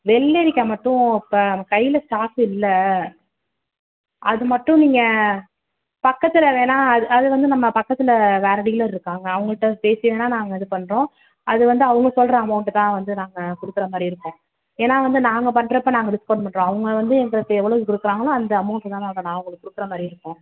வெள்ளரிக்காய் மட்டும் இப்போ கையில் ஸ்டாக் இல்லை அது மட்டும் நீங்கள் பக்கத்தில் வேணா அது அது வந்து நம்ம பக்கத்தில் வேறு டீலர் இருக்காங்க அவங்கள்ட்ட பேசி வேணா நாங்கள் இது பண்ணுறோம் அது வந்து அவங்க சொல்லுற அமௌண்ட்டு தான் வந்து நாங்கள் கொடுக்குறமாரி இருக்கும் ஏன்னா வந்து நாங்கள் பண்றப்போ நாங்கள் டிஸ்கவுண்ட் பண்ணுறோம் அவங்க வந்து எங்களுக்கு எவ்வளவுக்கு கொடுக்குறாங்களோ அந்த அமௌண்ட்டு தான் மேடம் நான் உங்களுக்கு கொடுக்குறமாரி இருக்கும்